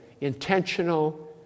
intentional